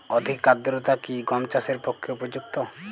অধিক আর্দ্রতা কি গম চাষের পক্ষে উপযুক্ত?